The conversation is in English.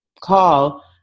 call